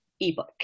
ebook